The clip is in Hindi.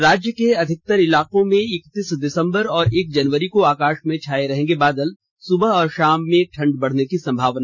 और राज्य के अधिकतर इलाकों में इक्कतीस दिसंबर और एक जनवरी को आकाश में छाये रहेंगे बादल सुबह और शाम में ठंड बढ़ने की संभावना